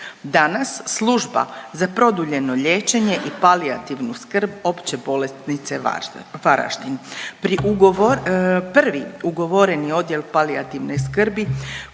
danas Služba za produljeno liječenje i palijativu skrb Opće bolnice Varaždin. Prvi ugovoreni odjel palijativne skrbi